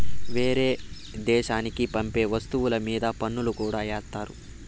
వేరే దేశాలకి పంపే వస్తువుల మీద పన్నులు కూడా ఏత్తారు